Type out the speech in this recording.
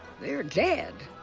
they're dead.